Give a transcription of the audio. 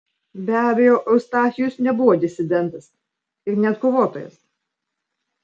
be abejo eustachijus nebuvo disidentas ir net kovotojas